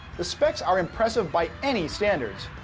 the specs are impressive by any standards.